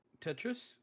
Tetris